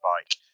bike